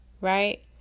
right